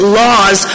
laws